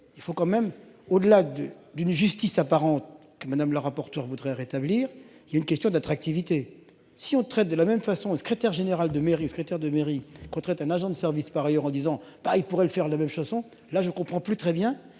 Il faut quand même au-delà du d'une justice apparente que Madame la rapporteure voudrait rétablir. Il y a une question d'attractivité si on traite de la même façon, secrétaire général de mairie, secrétaire de mairie compterait un agent de service par ailleurs en disant ben il pourrait le faire la même chose, là je comprend plus très bien